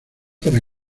para